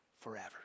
forever